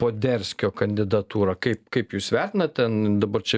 poderskio kandidatūrą kaip kaip jūs vertinat ten dabar čia